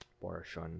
portion